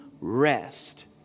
rest